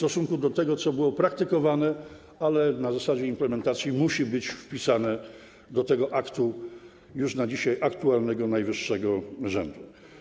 To było praktykowane, ale na zasadzie implementacji musi być wpisane do tego już na dzisiaj aktualnego aktu najwyższego rzędu.